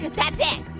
that's it,